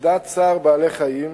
יחידת צער בעלי-חיים,